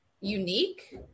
unique